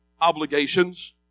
obligations